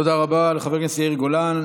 תודה רבה לחבר הכנסת יאיר גולן.